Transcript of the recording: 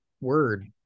word